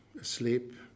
asleep